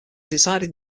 decided